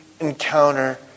encounter